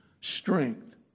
strength